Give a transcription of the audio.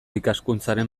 ikaskuntzaren